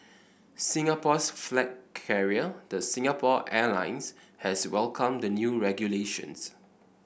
Singapore's flag carrier the Singapore Airlines has welcomed the new regulations